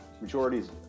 Majorities